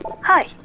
Hi